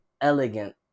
elegant